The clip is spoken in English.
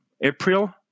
April